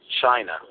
China